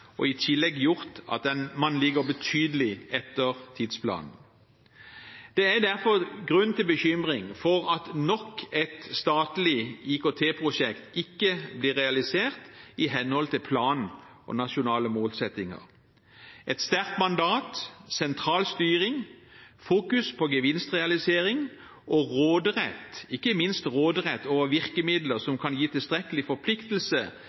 og i tillegg gjort at man ligger betydelig etter tidsplanen. Det er derfor grunn til bekymring for at nok et statlig IKT-prosjekt ikke blir realisert i henhold til planen og nasjonale målsettinger. Et sterkt mandat, sentral styring, fokus på gevinstrealisering og råderett – ikke minst råderett over virkemidler, som kan gi tilstrekkelig forpliktelse